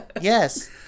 Yes